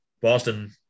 Boston